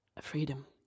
freedom